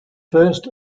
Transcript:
first